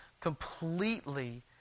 Completely